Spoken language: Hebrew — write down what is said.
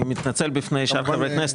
אני מתנצל בפני שאר חברי הכנסת,